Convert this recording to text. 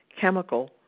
chemical